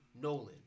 Nolan